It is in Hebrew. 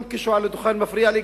גם כשהוא על הדוכן הוא מפריע לי,